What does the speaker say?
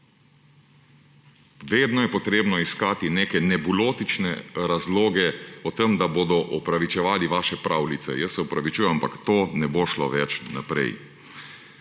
Vedno je potrebno iskati neke nebulotične razloge o tem, da bodo opravičevali vaše pravljice. Jaz se opravičujem, ampak to ne bo šlo več naprej.